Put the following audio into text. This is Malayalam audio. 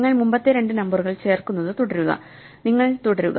നിങ്ങൾ മുമ്പത്തെ രണ്ട് നമ്പറുകൾ ചേർക്കുന്നത് തുടരുക നിങ്ങൾ തുടരുക